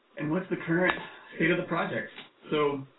and what's the current state of the project? so,